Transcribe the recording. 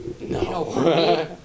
No